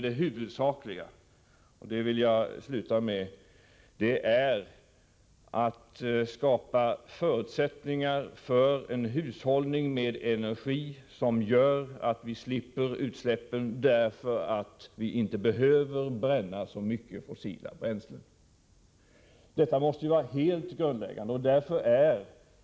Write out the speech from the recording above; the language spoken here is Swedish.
Det huvudsakliga är att vi skapar förutsättningar för en hushållning med energi som gör att vi slipper utsläppen, en hushållning som innebär att vi minskar användningen av fossila bränslen. Detta måste vara helt grundläggande.